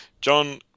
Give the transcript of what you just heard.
John